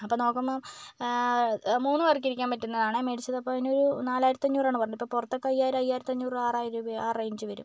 അപ്പം നോക്കുമ്പം മൂന്നുപേര്ക്ക് ഇരിക്കാന് പറ്റുന്നതാണ് മേടിച്ചത് അപ്പോൾ അതിനൊരു നാലായിരത്തി അഞ്ഞൂറ് ആണ് പറഞ്ഞത് പുറത്തൊക്കെ ഒരയ്യായിരം അയ്യായിരത്തി അഞ്ഞൂറ് ആറായിരം രൂപ ആ റേഞ്ച് വരും